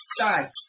die